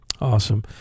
awesome